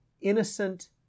innocent